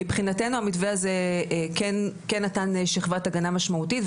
מבחינתנו המתווה הזה כן נתן שכבת הגנה משמעותית,